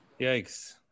Yikes